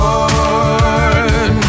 Lord